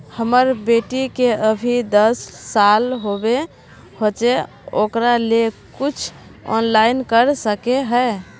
हमर बेटी के अभी दस साल होबे होचे ओकरा ले कुछ ऑनलाइन कर सके है?